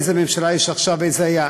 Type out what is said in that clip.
איזה ממשלה יש עכשיו ואיזו הייתה.